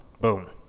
Boom